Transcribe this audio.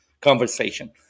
conversation